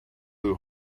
blew